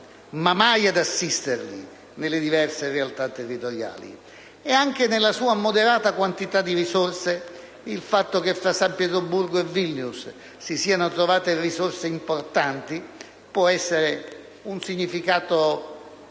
ma mai ad assisterli nelle diverse realtà territoriali. Anche nella sua moderata quantità di risorse, il fatto che fra San Pietroburgo e Vilnius si siano trovate risorse importanti può essere un significato